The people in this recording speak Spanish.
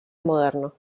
moderno